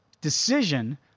Decision